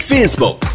Facebook